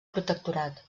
protectorat